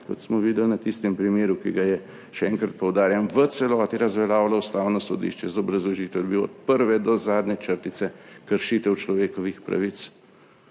kot smo videli na tistem primeru, ki ga je, še enkrat poudarjam, v celoti razveljavilo Ustavno sodišče z obrazložitvijo, da je bil od prve do zadnje črtice kršitev človekovih pravic,